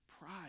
pride